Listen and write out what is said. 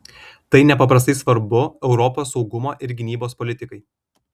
tai nepaprastai svarbu europos saugumo ir gynybos politikai